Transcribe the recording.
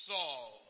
Saul